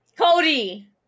Cody